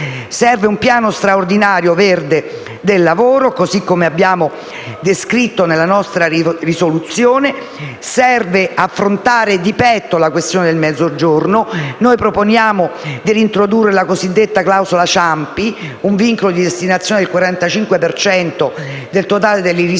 Serve un piano straordinario verde del lavoro, così come descritto nella nostra risoluzione; serve affrontare di petto la questione del Mezzogiorno. Noi proponiamo di reintrodurre la cosiddetta clausola Ciampi: un vincolo di destinazione del 45 per cento del totale